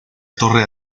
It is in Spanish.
torre